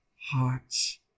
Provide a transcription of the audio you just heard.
hearts